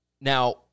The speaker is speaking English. Now